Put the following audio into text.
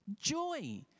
joy